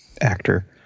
actor